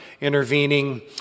intervening